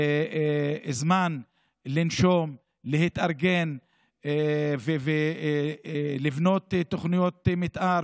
זמן לנשום ולהתארגן ולבנות תוכניות מתאר